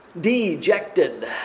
dejected